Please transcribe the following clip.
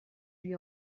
lui